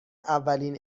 اولین